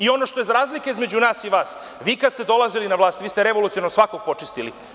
Ono što je razlika između vas i nas, vi kad ste dolazili na vlast vi ste revolucionarno svakog počistili.